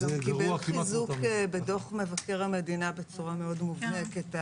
זה קיבל חיזוק בדוח מבקר המדינה בצורה מאוד מובהקת,